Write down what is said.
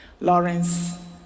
Lawrence